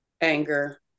Anger